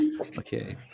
Okay